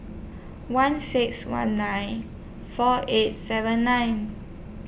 one six one nine four eight seven nine